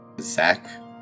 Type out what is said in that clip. Zach